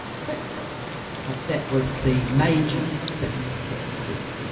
fixed but that was the major thing that happened here